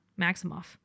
Maximoff